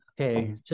Okay